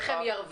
איך הם ירוויחו?